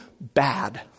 bad